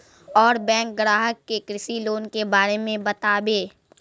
और बैंक ग्राहक के कृषि लोन के बारे मे बातेबे?